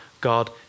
God